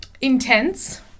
intense